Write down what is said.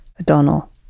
O'Donnell